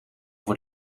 voor